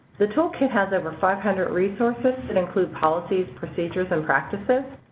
the toolkit has over five hundred resources, that includes policies, procedures, and practices.